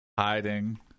Hiding